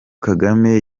kagame